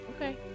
Okay